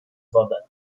wodę